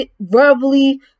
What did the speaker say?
verbally